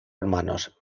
hermanos